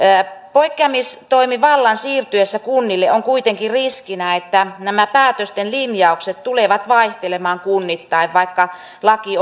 poikkeamistoimivallan siirtyessä kunnille on kuitenkin riskinä että nämä päätösten linjaukset tulevat vaihtelemaan kunnittain vaikka laki